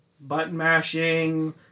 button-mashing